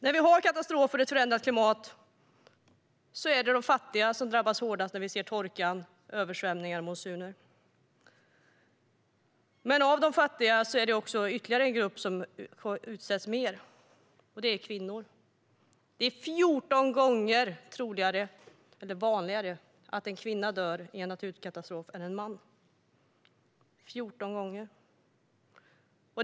Det är de fattiga som drabbas hårdast av katastrofer, förändrat klimat, torka, översvämningar och monsuner. Men bland de fattiga finns en grupp som utsätts särskilt mycket: kvinnor. Det är 14 gånger vanligare att en kvinna dör i en naturkatastrof än att en man gör det - 14 gånger vanligare.